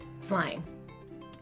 flying